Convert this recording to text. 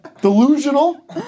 delusional